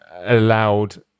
allowed